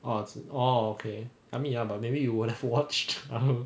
oh oh okay I mean ya but maybe you would have watched um